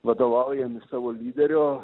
vadovaujami savo lyderio